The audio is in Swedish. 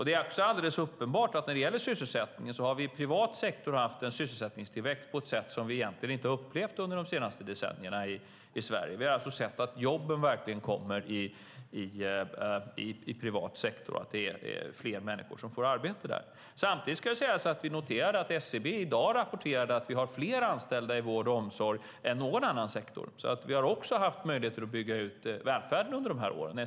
Det är också alldeles uppenbart att när det gäller sysselsättningen har vi i den privata sektorn haft en sysselsättningstillväxt som vi inte har upplevt i Sverige under de senaste decennierna. Vi har alltså sett att jobben verkligen kommer i den privata sektorn och att det är fler människor som får arbete där. Samtidigt ska det sägas att vi noterar att SCB i dag rapporterade att vi har fler anställda i vård och omsorg än i någon annan sektor. Vi har alltså haft möjligheter att bygga ut även välfärden under de här åren.